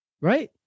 Right